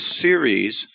series